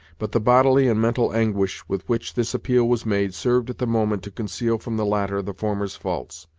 but the bodily and mental anguish with which this appeal was made served at the moment to conceal from the latter the former's faults.